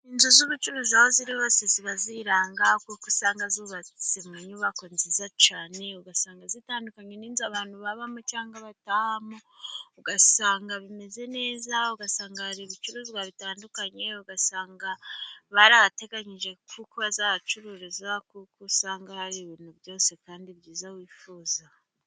Inzu z'ubucuruzi aho ziri hose ziba ziranga, kuko usanga zubatse mu nyubako nziza cyane, ugasanga zitandukanye n'inzu abantu babamo cyangwa batahamo, ugasanga bimeze neza ugasanga hari ibicuruzwa bitandukanye, ugasanga barahateganyije kuko bazahacururiza kuko usanga hari ibintu byose kandi byiza wifuza.